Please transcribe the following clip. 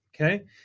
Okay